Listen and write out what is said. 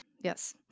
Yes